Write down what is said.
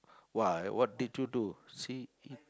why what did you do see